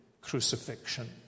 crucifixion